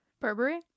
Burberry